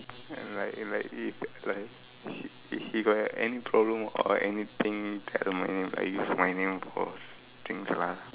like like if like he if he got anything problem or anything tell me I use my name for things lah